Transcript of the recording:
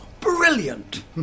Brilliant